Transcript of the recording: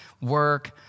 work